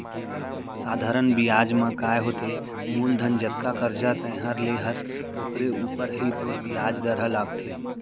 सधारन बियाज म काय होथे मूलधन जतका करजा तैंहर ले हस ओकरे ऊपर ही तोर बियाज दर ह लागथे